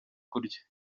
kurya